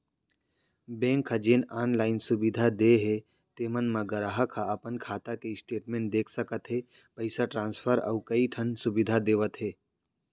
bank ह जेन online सुबिधा दिये हे तेन म गराहक ह अपन खाता के स्टेटमेंट देख सकत हे, पइसा ट्रांसफर अउ कइ ठन सुबिधा देवत हे